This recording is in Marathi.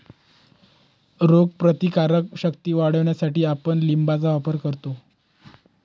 रोगप्रतिकारक शक्ती वाढवण्यासाठीही आपण लिंबाचा वापर करतो